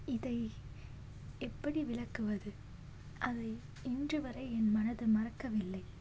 இதை எப்படி விலக்குவது அதை இன்றுவரை என் மனது மறக்கவில்லை